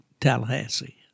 Tallahassee